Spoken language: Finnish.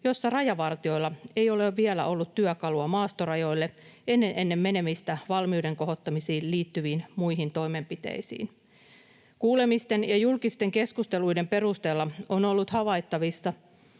jossa rajavartijoilla ei ole vielä ollut työkalua maastorajoille, ennen menemistä valmiuden kohottamiseen liittyviin muihin toimenpiteisiin. Kuulemisten ja julkisten keskusteluiden perusteella on ollut havaittavissa,